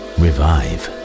revive